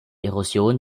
erosion